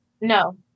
No